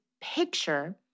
picture